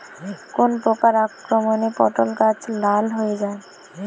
কোন প্রকার আক্রমণে পটল গাছ লাল হয়ে যায়?